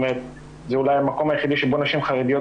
זה אולי המקום היחידי שבו נשים חרדיות